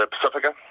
Pacifica